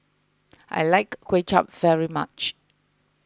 I like Kuay Chap very much